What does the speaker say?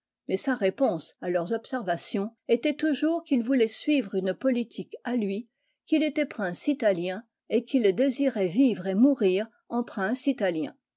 mais sa réponse a leurs observations était toujours qu'il voulait suivre une politique lui qu'il était prince italien et qu'il désirait vivre et mourir en